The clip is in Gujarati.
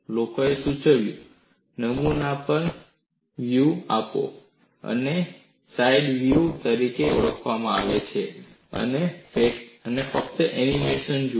લોકોએ સૂચવ્યું નમૂના પર ગ્રુવ્સ આપો અને આને સાઇડ ગ્રુવ્સ તરીકે ઓળખવામાં આવે છે અને તમે ફક્ત એનિમેશન જુઓ